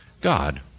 God